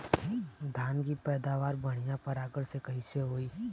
धान की पैदावार बढ़िया परागण से कईसे होई?